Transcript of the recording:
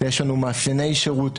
יש לנו מאפייני שירות,